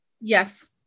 Yes